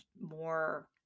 more